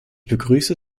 begrüße